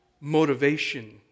motivation